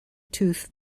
tooth